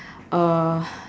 uh